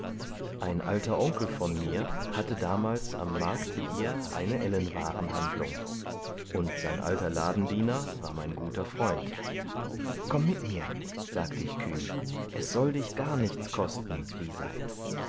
ein alter onkel von mir hatte damals am markte hier eine ellenwarenhandlung und sein alter ladendiener war mein guter freund komm mit mir sagte ich kühn es soll dir gar nichts kosten lisei